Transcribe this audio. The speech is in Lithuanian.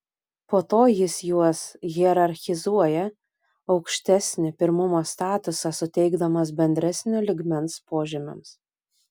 po to jis juos hierarchizuoja aukštesnį pirmumo statusą suteikdamas bendresnio lygmens požymiams